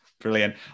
brilliant